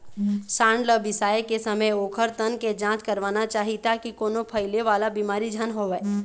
सांड ल बिसाए के समे ओखर तन के जांच करवाना चाही ताकि कोनो फइले वाला बिमारी झन होवय